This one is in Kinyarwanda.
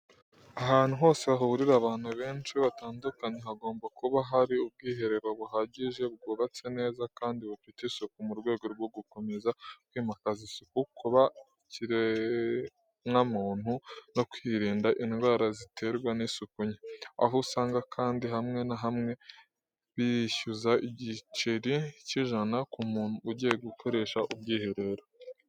Ahantu hose hahurira abantu benshi batandukanye, hagomba kuba hari ubwiherero buhagije, bwubatse neza, kandi bufite isuku, mu rwego rwo gukomeza kwimakaza isuku, kubaha ikiremwamuntu no kwirinda indwara ziterwa n’isuku nke. Aho usanga kandi hamwe na hamwe, bishyuza igiceri cy’ijana ku muntu ugiye gukoresha ubwiherero.